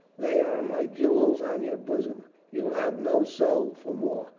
they are my jewels on your bosom. you have no soul for more.